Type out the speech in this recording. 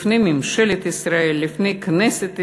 לפני ממשלת ישראל, לפני כנסת ישראל,